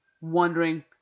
wondering